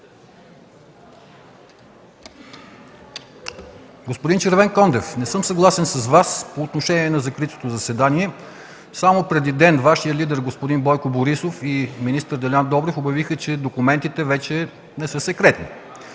Господин Червенкондев, не съм съгласен с Вас по отношение на закритото заседание. Само преди ден Вашият лидер господин Бойко Борисов и министър Делян Добрев обявиха, че документите вече не са секретни,